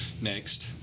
next